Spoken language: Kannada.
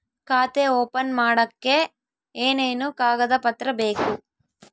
ಖಾತೆ ಓಪನ್ ಮಾಡಕ್ಕೆ ಏನೇನು ಕಾಗದ ಪತ್ರ ಬೇಕು?